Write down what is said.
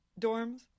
dorms